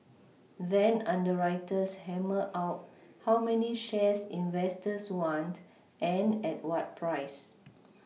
then underwriters hammer out how many shares investors want and at what price